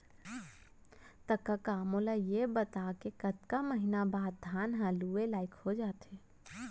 त कका मोला ये बता कि कतका महिना बाद धान ह लुए लाइक हो जाथे?